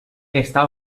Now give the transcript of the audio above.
està